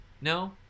no